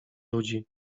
ludzi